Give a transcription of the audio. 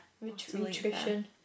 Nutrition